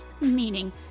meaning